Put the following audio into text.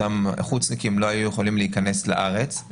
אותם חוצניקים לא היו יכולים להיכנס לארץ.